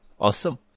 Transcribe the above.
Awesome